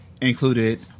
included